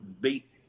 beat